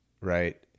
right